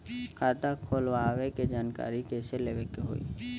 खाता खोलवावे के जानकारी कैसे लेवे के होई?